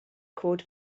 cod